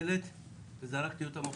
אם ייתנו לי לסיים.